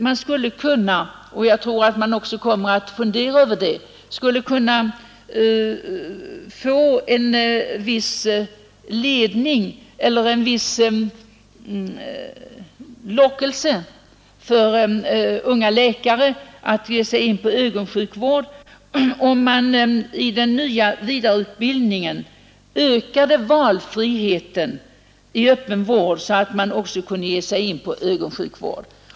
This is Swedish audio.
Man skulle kunna — och jag tror att det är något som kommer — stimulera unga läkare att ge sig in på ögonsjukvård om i den nya vidareutbildningen gavs ökad valfrihet i öppen vård så att man valde ögonsjukvård.